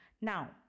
Now